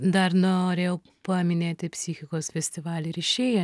dar norėjau paminėti psichikos festivalį rišėja